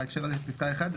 בהקשר הזה של פסקה 1,